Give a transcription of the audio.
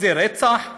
זה רצח,